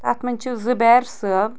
تتھ منٛز چھ زُبیر صٲب